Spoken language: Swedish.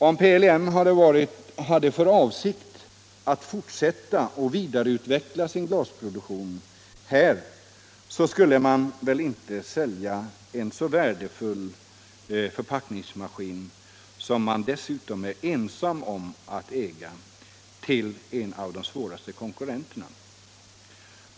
Om PLM hade för avsikt att fortsätta och vidareutveckla sin glasproduktion här, skulle man väl inte sälja en så värdefull förpackningsmaskin som man dessutom var ensam om att äga till en av de svåraste konkurrenterna.